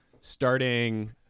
starting